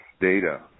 data